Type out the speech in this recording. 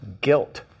guilt